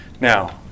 Now